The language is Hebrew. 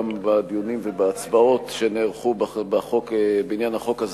גם בדיונים ובהצבעות שנערכו בעניין החוק הזה